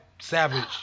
savage